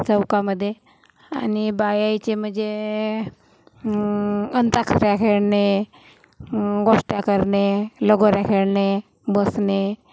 चौकामध्ये आणि बायायचे म्हणजे अंताक्षऱ्या खेळणे गोष्ट्या करणे लगोऱ्या खेळणे बसणे